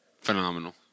phenomenal